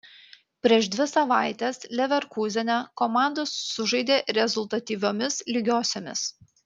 prieš dvi savaites leverkūzene komandos sužaidė rezultatyviomis lygiosiomis